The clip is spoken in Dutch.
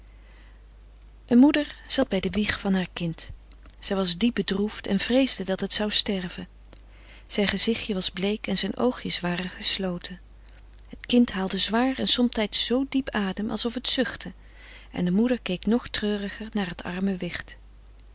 een moeder zat bij de wieg van haar kind zij was diep bedroefd en vreesde dat het zou sterven zijn gezichtje was bleek en zijn oogjes waren gesloten het kind haalde zwaar en somtijds zoo diep adem alsof het zuchtte en de moeder keek nog treuriger naar het arme wicht